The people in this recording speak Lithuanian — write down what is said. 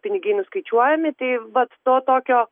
pinigai nuskaičiuojami tai vat to tokio